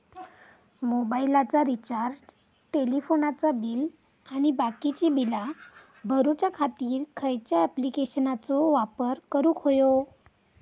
मोबाईलाचा रिचार्ज टेलिफोनाचा बिल आणि बाकीची बिला भरूच्या खातीर खयच्या ॲप्लिकेशनाचो वापर करूक होयो?